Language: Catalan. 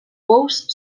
pous